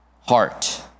heart